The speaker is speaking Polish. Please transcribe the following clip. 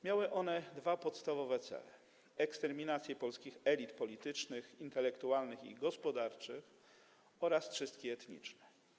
Miały one dwa podstawowe cele: eksterminację polskich elit politycznych, intelektualnych i gospodarczych oraz czystki etniczne.